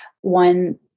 one